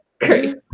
great